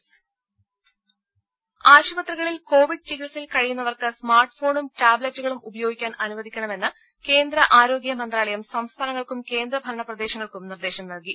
ദേദ ആശുപത്രികളിൽ കോവിഡ് ചികിത്സയിൽ കഴിയുന്നവർക്ക് സ്മാർട്ട് ഫോണും ടാബ് ലറ്റുകളും ഉപയോഗിക്കാൻ അനുവദിക്കണമെന്ന് കേന്ദ്ര ആരോഗ്യ മന്ത്രാലയം സംസ്ഥാനങ്ങൾക്കും കേന്ദ്ര ഭരണ പ്രദേശങ്ങൾക്കും നിർദ്ദേശം നൽകി